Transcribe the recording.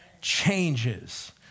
changes